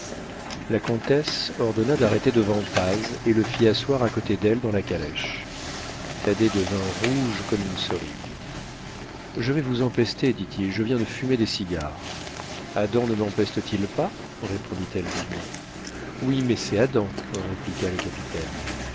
la comtesse ordonna d'arrêter devant paz et le fit asseoir à côté d'elle dans la calèche thaddée devint rouge comme une cerise je vais vous empester dit-il je viens de fumer des cigares adam ne mempeste t il pas répondit-elle vivement oui mais c'est adam répliqua le capitaine